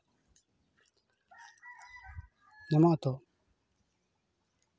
ᱧᱟᱢᱚᱜᱼᱟ ᱛᱚ